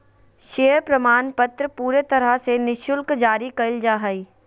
share प्रमाणपत्र पूरे तरह से निःशुल्क जारी कइल जा हइ